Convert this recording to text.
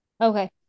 Okay